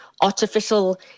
artificial